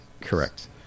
Correct